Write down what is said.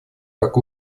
как